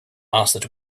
asked